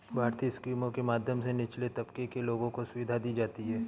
भारतीय स्कीमों के माध्यम से निचले तबके के लोगों को सुविधा दी जाती है